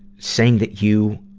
saying that you,